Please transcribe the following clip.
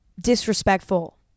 disrespectful